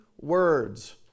words